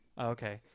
Okay